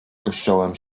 kościołem